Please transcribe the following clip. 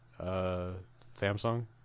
Samsung